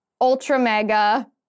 ultra-mega